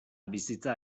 bizitza